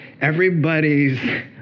everybody's